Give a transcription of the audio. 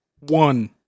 one